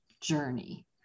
journey